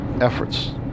efforts